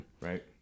right